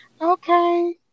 Okay